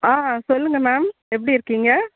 ஆ சொல்லுங்க மேம் எப்படி இருக்கீங்க